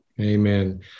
Amen